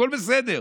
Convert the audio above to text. הכול בסדר,